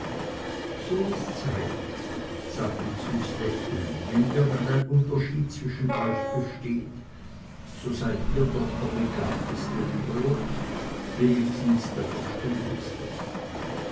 so ist's recht sagte züs lächelnd wenn irgendein unterschied zwischen euch besteht so seid ihr doch der begabteste lieber jobst wenigstens der verständigste